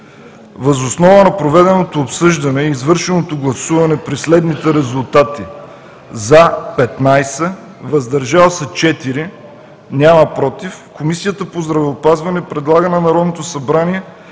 Въз основа на проведеното обсъждане и извършеното гласуване при следните резултати: „за” – 15, „въздържали се“ – 4, „против“ – няма, Комисията по здравеопазване предлага на Народното събрание